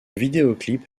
vidéoclip